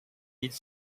mille